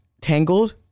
Tangled